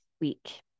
week